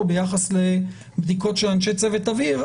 שנידונו פה ביחס לבדיקות של אנשי צוות אוויר,